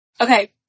Okay